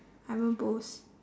I haven't post